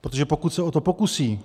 Protože pokud se o to pokusí,